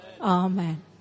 Amen